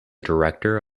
director